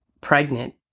pregnant